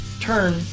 turn